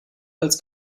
als